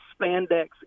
spandex